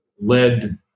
led